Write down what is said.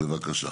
בבקשה.